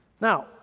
Now